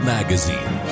Magazine